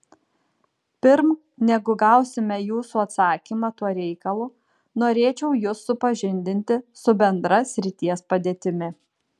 pirm negu gausime jūsų atsakymą tuo reikalu norėčiau jus supažindinti su bendra srities padėtimi